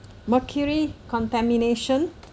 mercury contamination